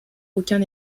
aucun